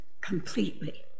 completely